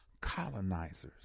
colonizers